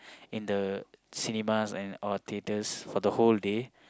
in the cinemas and or theatres for the whole day